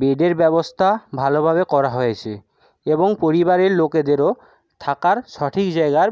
বেডের ব্যবস্থা ভালোভাবে করা হয়েছে এবং পরিবারের লোকেদেরও থাকার সঠিক জায়গার